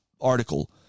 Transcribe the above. article